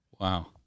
Wow